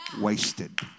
wasted